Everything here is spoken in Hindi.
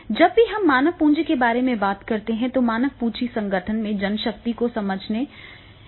जब भी हम मानव पूंजी के बारे में बात करते हैं तो मानव पूंजी संगठन में जनशक्ति को समझने का व्यापक तरीका है